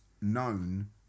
known